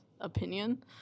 opinion